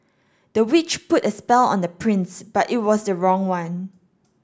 the witch put a spell on the prince but it was the wrong one